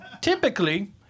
typically